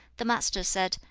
the master said,